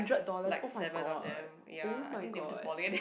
like seven on of them ya I think they were just balling a day